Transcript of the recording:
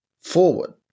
forward